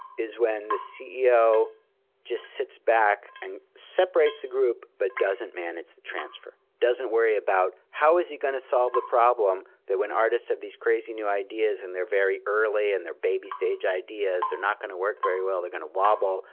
is when the ceo just sits back and separates the group, but doesn't manage the transfer. doesn't worry about, how is he going to solve the problem that when artists have these crazy new ideas, and they're very early, and they're baby stage ideas, they're not going to work very well, they're going to wobble,